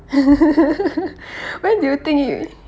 when do you think it